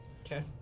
Okay